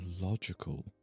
logical